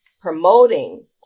promoting